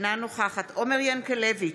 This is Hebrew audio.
אינה נוכחת עומר ינקלביץ'